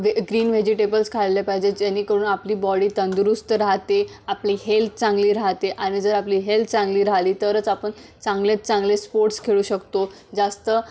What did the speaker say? green vegetables खाल्ले पाहिजे जेणेकरून आपली बॉडी तंदुरुस्त राहते आपली हेल्त चांगली राहते आणि जर आपली हेल्थ चांगली राहली तरच आपण चांगल्यात चांगले स्पोर्ट्स खेळू शकतो जास्त